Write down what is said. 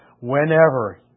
Whenever